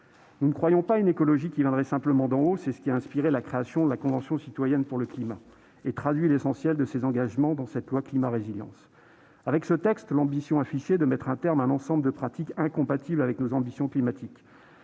Nous ne croyons pas à une écologie qui viendrait simplement d'en haut. C'est ce qui a inspiré la création de la Convention citoyenne pour le climat, dont l'essentiel des propositions est traduit dans ce projet de loi. Avec ce texte, l'ambition affichée est de mettre un terme à un ensemble de pratiques incompatibles avec nos ambitions climatiques